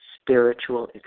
spiritual